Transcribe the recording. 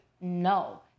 no